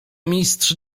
mistrz